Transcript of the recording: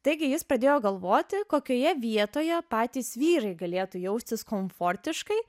taigi jis pradėjo galvoti kokioje vietoje patys vyrai galėtų jaustis komfortiškai